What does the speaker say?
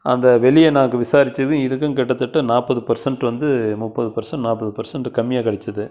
அந்த வெளியே நாங்கள் விசாரிச்சது இதுக்கும் கிட்டத்தட்ட வந்து நாற்பது பெர்சென்ட் வந்து முப்பது பெர்சன்ட் நாற்பது பெர்சன்ட் கம்மியாக கிடச்சிது